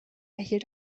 erhielt